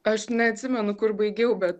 aš neatsimenu kur baigiau bet